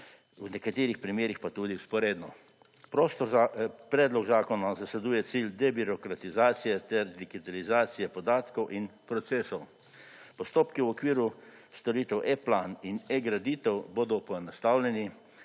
v nekaterih primerih pa tudi vzporedno. Predlog zakona zasleduje cilj debirokratizacije ter digitalizacije podatkov in procesov. Postopki v okviru storitev e-plan in e-graditev bodo poenostavljeni,